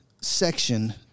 section